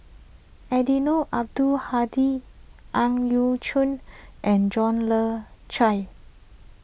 Eddino Abdul Hadi Ang Yau Choon and John Le Cain